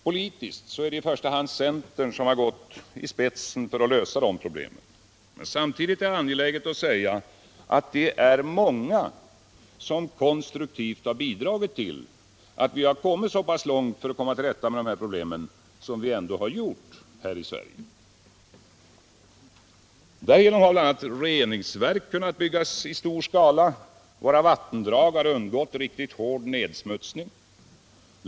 Politiskt är det i första hand centern som har gått i spetsen för att lösa dessa problem. Samtidigt är det angeläget att säga att det är många som konstruktivt har bidragit till att vi har kommit så pass långt när det gäller att komma till rätta med dessa problem som vi ändå har gjort här i Sverige. Därigenom har bl.a. reningsverk kunnat byggas i stor skala, och våra vattendrag har undgått riktigt hård nedsmutsning.